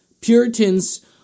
Puritans